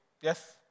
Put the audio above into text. Yes